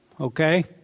okay